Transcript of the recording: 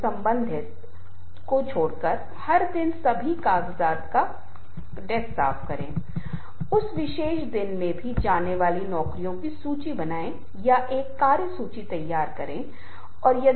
रूपरेखा कुछ इस तरह है कि पुस्तक का संदर्भ अंत में दिया गया है यह सिर्फ इस बात का उदाहरण है कि किस बारे में बात करनी है